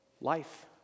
life